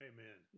Amen